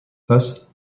thus